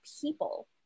people